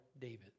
David